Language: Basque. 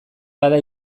bada